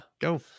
go